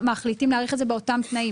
מחליטים להאריך את זה באותם תנאים.